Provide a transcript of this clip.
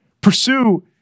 Pursue